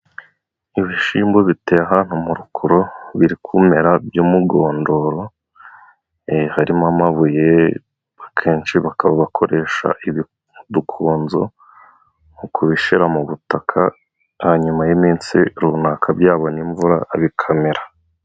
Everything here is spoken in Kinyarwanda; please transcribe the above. Ibishyimbo biteye ahantu mu rukoro biri kumera by'umugondoro. Harimo amabuye akenshi bakaba bakoresha udukonzo mu kubishyira mu butaka, hanyuma y'iminsi runaka byabonye imvura bikamera.